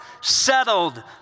settled